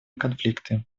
конфликты